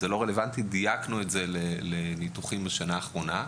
עכשיו דייקנו את זה לניתוח בשנה האחרונה.